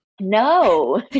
No